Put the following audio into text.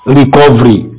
recovery